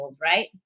right